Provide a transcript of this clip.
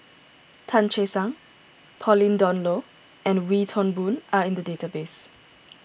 Tan Che Sang Pauline Dawn Loh and Wee Toon Boon are in the database